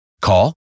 Call